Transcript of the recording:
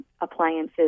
appliances